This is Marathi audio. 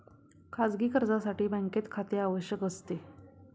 खाजगी कर्जासाठी बँकेत खाते आवश्यक असते